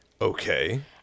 Okay